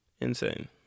Insane